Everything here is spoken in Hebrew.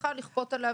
מצליחה לכפות עליו